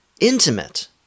intimate